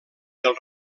del